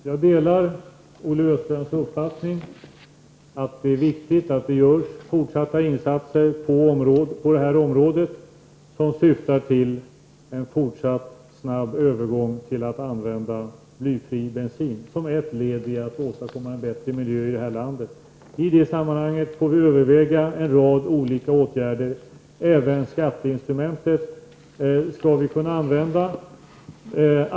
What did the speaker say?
Fru talman! Jag delar Olle Östrands uppfattning, nämligen att det är viktigt att man på det här området fortsätter att göra insatser som syftar till en fortsatt snabb övergång till användning av blyfri bensin. Det är ju ett led i arbetet att åstadkomma en bättre miljö i landet. I det sammanhanget får vi överväga en rad olika åtgärder. Även skatteinstrumentet skall kunna användas.